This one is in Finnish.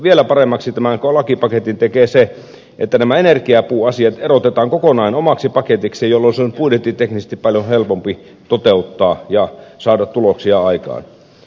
vielä paremmaksi tämän lakipaketin tekee se että nämä energiapuuasiat erotetaan kokonaan omaksi paketikseen jolloin se on budjettiteknisesti paljon helpompi toteuttaa ja saada tuloksia aikaan